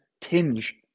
tinge